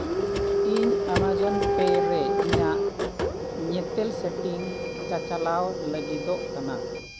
ᱤᱧ Amazon pay ᱨᱮ ᱤᱧᱟᱹᱜ ᱧᱮᱛᱮᱞ ᱥᱮᱴᱤᱝ ᱪᱟᱪᱞᱟᱣ ᱞᱟᱹᱜᱤᱫᱚᱜ ᱠᱟᱱᱟ